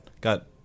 got